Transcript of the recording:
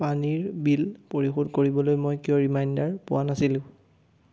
পানীৰ বিল পৰিশোধ কৰিবলৈ মই কিয় ৰিমাইণ্ডাৰ পোৱা নাছিলোঁ